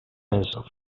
honours